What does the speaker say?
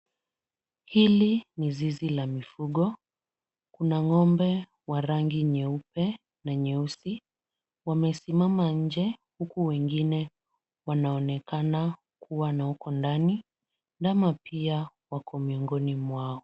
Hili ni zizi la mifugo. Kuna ng'ombe wa rangi nyeupe na nyeusi. Wamesimama nje huku wengine wanaonekana kuwa na uko ndani. Ndama pia wako miongoni mwao.